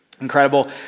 Incredible